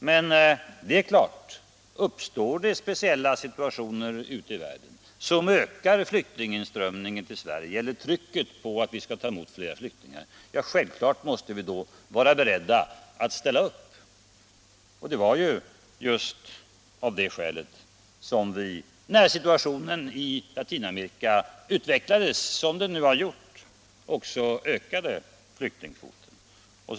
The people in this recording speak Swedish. Men det är klart att om det uppstår speciella situationer ute i världen som trycker på för att vi skall ta emot flera flyktingar, måste vi självfallet vara beredda att ställa upp. Det var ju just av det skälet som vi ökade flyktingkvoten när situationen utvecklades som den nu gjorde i Latinamerika.